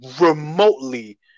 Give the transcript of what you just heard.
remotely